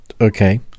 Okay